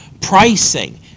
pricing